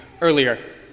earlier